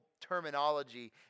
terminology